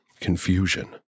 confusion